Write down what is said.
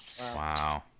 Wow